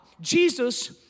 Jesus